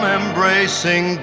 embracing